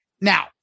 Now